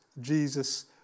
Jesus